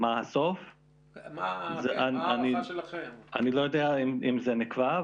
אני לא יודע אם זה נקבע,